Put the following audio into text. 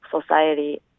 society